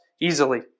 easily